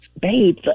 Babe